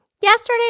Yesterday